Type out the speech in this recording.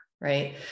right